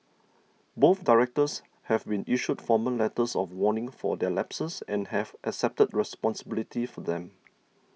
both directors have been issued formal letters of warning for their lapses and have accepted responsibility for them